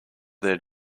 their